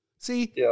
See